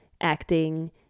acting